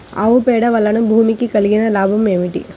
ఆవు పేడ వలన భూమికి కలిగిన లాభం ఏమిటి?